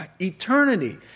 eternity